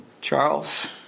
Charles